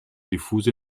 diffuse